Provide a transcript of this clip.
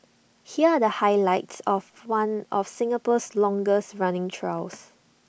here are the highlights of one of Singapore's longest running trials